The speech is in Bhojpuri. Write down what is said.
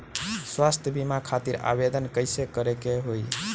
स्वास्थ्य बीमा खातिर आवेदन कइसे करे के होई?